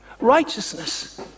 Righteousness